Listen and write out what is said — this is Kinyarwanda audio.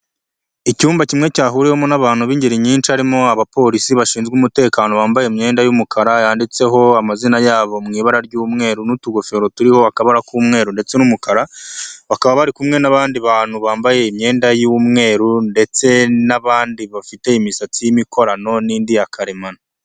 Icyumba kimwe cyahuriwemo n'abantu b'ingeri nyinshi harimo abapolisi bashinzwe umutekano bambaye imyenda y'umukara yanditseho amazina yabo mu ibara ry'umweru n'utugofero turiho akabara k'umweru ndetse n'umukara bakaba bari kumwe n'abandi bantu bambaye imyenda y'umweru ndetse n'abandi bafite imisatsi y'imikorano n'indi ya karemano.